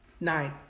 Nine